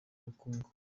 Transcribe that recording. ubukungu